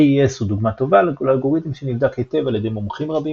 AES הוא דוגמה טובה לאלגוריתם שנבדק היטב על ידי מומחים רבים